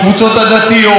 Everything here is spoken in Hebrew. קבוצות עדתיות,